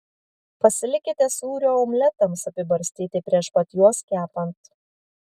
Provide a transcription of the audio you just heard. pasilikite sūrio omletams apibarstyti prieš pat juos kepant